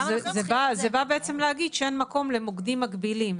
זה בא בעצם להגיד שאין מקום למוקדים מקבילים,